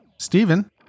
Stephen